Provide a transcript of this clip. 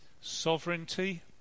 Sovereignty